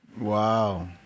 wow